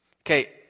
Okay